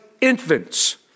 infants